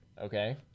Okay